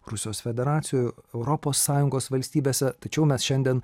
rusijos federacijoj europos sąjungos valstybėse tačiau mes šiandien